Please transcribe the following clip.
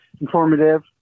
informative